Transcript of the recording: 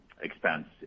expense